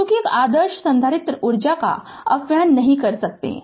चूंकि एक आदर्श संधारित्र ऊर्जा का अपव्यय नहीं कर सकता है